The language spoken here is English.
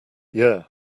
yeah